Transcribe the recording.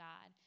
God